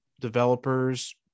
developers